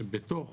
בתוך